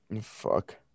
Fuck